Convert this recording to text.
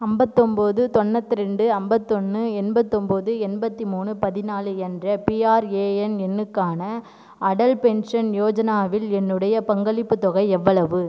ஐம்பத்தொம்பது தொண்ணூத்திரெண்டு ஐம்பத்தொன்னு எண்பத்தொன்பது எண்பத்தி மூணு பதினாலு என்ற பிஆர்ஏஎன் எண்ணுக்கான அடல் பென்ஷன் யோஜனாவில் என்னுடைய பங்களிப்பு தொகை எவ்வளவு